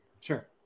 sure